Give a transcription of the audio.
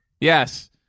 Yes